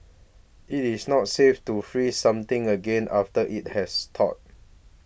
it is not safe to freeze something again after it has thawed